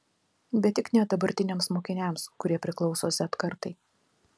bet tik ne dabartiniams mokiniams kurie priklauso z kartai